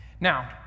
Now